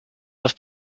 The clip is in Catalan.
les